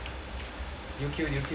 did you kill did you kill